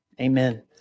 amen